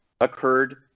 occurred